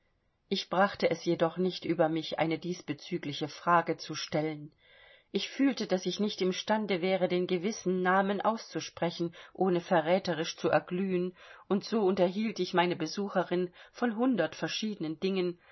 ich brachte es jedoch nicht über mich eine diesbezügliche frage zu stellen ich fühlte daß ich nicht im stande wäre den gewissen namen auszusprechen ohne verräterisch zu erglühen und so unterhielt ich meine besucherin von hundert verschiedenen dingen